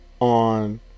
on